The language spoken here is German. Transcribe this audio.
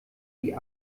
die